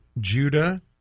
Judah